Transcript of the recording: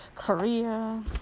Korea